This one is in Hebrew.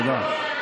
תודה רבה.